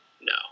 No